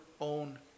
own